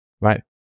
right